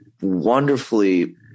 wonderfully